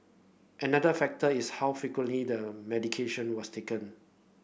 another factor is how frequently the medication was taken